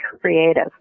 creative